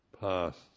past